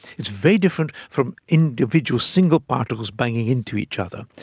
it's very different from individual single particles banging into each other.